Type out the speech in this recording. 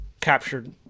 captured